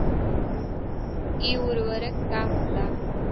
इ उर्वरक का होला?